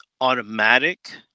automatic